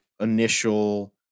initial